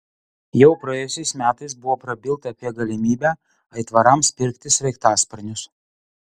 jau praėjusiais metais buvo prabilta apie galimybę aitvarams pirkti sraigtasparnius